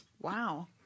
wow